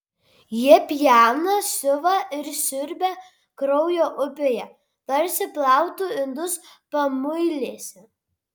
jie pjauna siuva ir siurbia kraujo upėje tarsi plautų indus pamuilėse